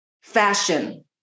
fashion